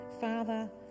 Father